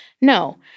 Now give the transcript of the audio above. No